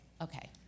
Okay